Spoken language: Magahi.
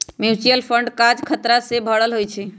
म्यूच्यूअल फंड काज़ खतरा से भरल होइ छइ